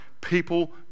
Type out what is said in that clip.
people